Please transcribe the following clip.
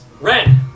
Ren